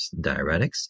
diuretics